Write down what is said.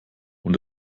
und